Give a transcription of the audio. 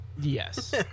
yes